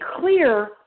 clear